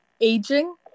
aging